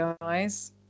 guys